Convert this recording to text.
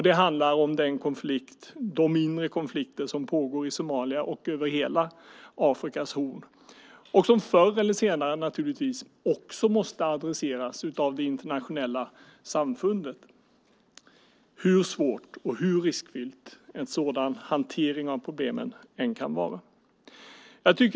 Det handlar om de inre konflikter som pågår i Somalia och över hela Afrikas horn och som förr eller senare måste adresseras av det internationella samfundet hur svårt och riskfyllt en sådan hantering av problemen än kan vara.